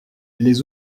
les